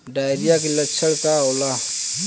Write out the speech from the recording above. Diarrhoea के लक्षण का होला?